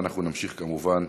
אנחנו נמשיך, כמובן,